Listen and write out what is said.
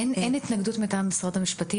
אין התנגדות מצד משרד המשפטים